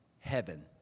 heaven